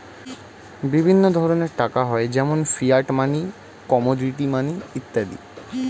বিভিন্ন রকমের টাকা হয় যেমন ফিয়াট মানি, কমোডিটি মানি ইত্যাদি